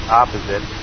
opposite